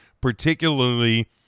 particularly